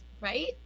right